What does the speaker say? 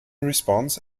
response